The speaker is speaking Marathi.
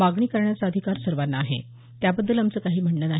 मागणी करण्याचा अधिकार सर्वांना आहे त्याबद्दल आमचं काही म्हणणं नाही